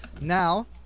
now